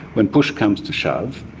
when push comes to shove,